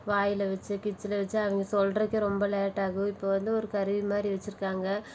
வாயில் வச்சு பிச்சில் வச்சு அங்கே சொல்கிறதுக்கே ரொம்ப லேட் ஆகும் இப்போ வந்து ஒரு கருவி மாதிரி வைச்சிருக்காங்க